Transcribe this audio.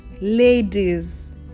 ladies